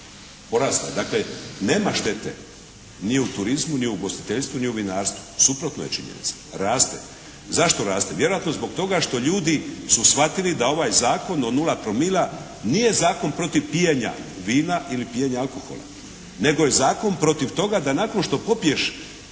Porasla je. Dakle, nema štete ni u turizmu, ni u ugostiteljstvu, ni u vinarstvu. Suprotna je činjenica. Raste. Zašto raste? Vjerojatno zbog toga što ljudi su shvatili da ovaj Zakon od 0 promila nije zakon protiv pijenja vina ili pijenja alkohola, nego je zakon protiv toga da nakon što popiješ